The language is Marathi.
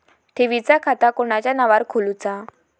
ठेवीचा खाता कोणाच्या नावार खोलूचा?